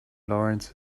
laurence